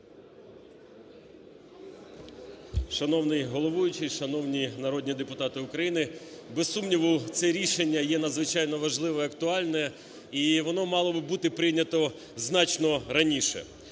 Шановний головуючий! Шановні народні депутати України! Без сумніву це рішення є надзвичайно важливе і актуальне, і воно мало би бути прийнято значно раніше.